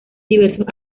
diversos